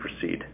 proceed